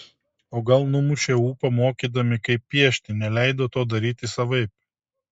o gal numušė ūpą mokydami kaip piešti neleido to daryti savaip